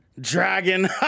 Dragon